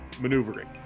maneuvering